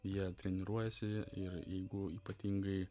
jie treniruojasi ir jeigu ypatingai